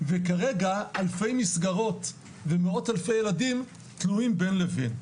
וכרגע אלפי מסגרות ומאות אלפי ילדים תלויים בין לבין.